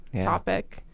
topic